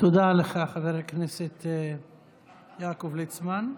תודה לך, חבר הכנסת יעקב ליצמן.